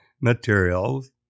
materials